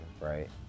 right